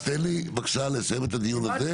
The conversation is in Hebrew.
אז תן לי בבקשה לסיים את הדיון הזה.